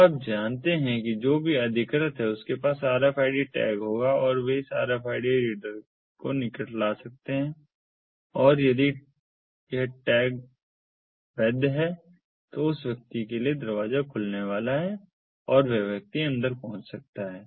तो आप जानते हैं कि जो भी अधिकृत है उसके पास RFID टैग होगा और वे इसे RFID रीडर के निकट ला सकते हैं और यदि यह वैध टैग है तो उस व्यक्ति के लिए दरवाजा खुलने वाला है और वह व्यक्ति अंदर पहुंच सकता है